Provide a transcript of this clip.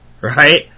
right